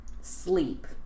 sleep